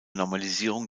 normalisierung